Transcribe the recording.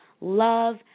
love